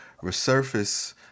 resurface